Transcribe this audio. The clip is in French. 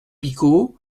picaud